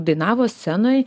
dainavo scenoj